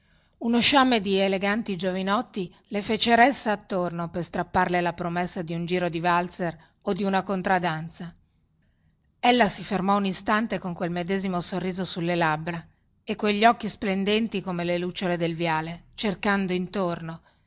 uno sciame di eleganti giovinotti le fece ressa attorno per strapparle la promessa di un giro di valzer o di una contradanza ella si fermò un istante con quel medesimo sorriso sulle labbra e quegli occhi splendenti come le lucciole del viale cercando intorno